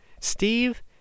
Steve